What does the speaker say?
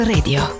Radio